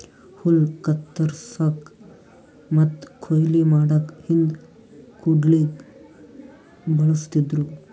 ಹುಲ್ಲ್ ಕತ್ತರಸಕ್ಕ್ ಮತ್ತ್ ಕೊಯ್ಲಿ ಮಾಡಕ್ಕ್ ಹಿಂದ್ ಕುಡ್ಗಿಲ್ ಬಳಸ್ತಿದ್ರು